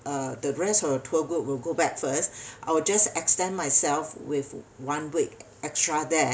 uh the rest of the tour group will go back first I'll just extend myself with one week extra there